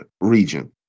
region